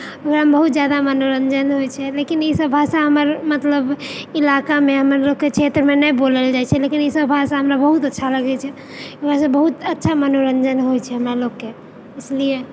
ओकरामे बहुत जादा मनोरञ्जन होइत छै लेकिन इसभ भाषा हमर मतलब इलाकामे मतलब कि क्षेत्रमे नहि बोलल जाइत छै लेकिन इसभ भाषा हमरा बहुत अच्छा लगैत छै मतलब बहुत अच्छा मनोरञ्जन होइ छै हमरा लोकके इसलिए